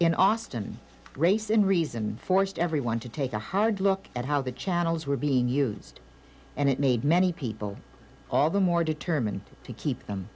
in austin grayson reasoned forced everyone to take a hard look at how the channels were being used and it made many people all the more determined to keep them